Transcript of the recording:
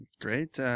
Great